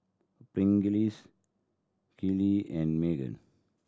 Pringles Kiehl and Megan